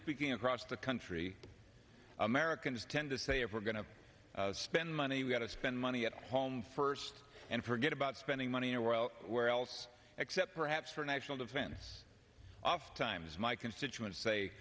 speaking across the country americans tend to say if we're going to spend money we have to spend money at home first and forget about spending money well where else except perhaps for national defense oft times my constituents say